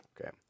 Okay